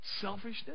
selfishness